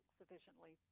sufficiently